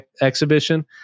exhibition